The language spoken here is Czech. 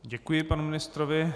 Děkuji panu ministrovi.